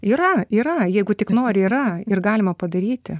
yra yra jeigu tik nori yra ir galima padaryti